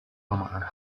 romana